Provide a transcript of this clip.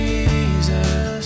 Jesus